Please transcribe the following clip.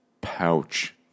pouch